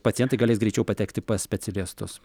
pacientai galės greičiau patekti pas specialistus